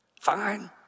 Fine